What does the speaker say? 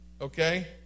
Okay